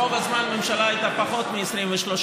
רוב הזמן הממשלה הייתה פחות מ-23,